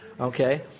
okay